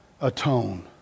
atone